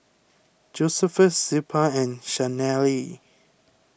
Josephus Zilpah and Chanelle